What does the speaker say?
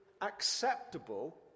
acceptable